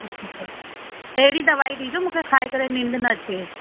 अच्छा अच्छा अहिड़ी दवाई ॾिजो मूंखे खाई करे निंड न अचे